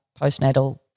postnatal